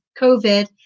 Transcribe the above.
COVID